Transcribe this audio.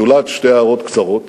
זולת שתי הערות קצרות.